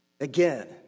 Again